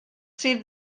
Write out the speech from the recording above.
sydd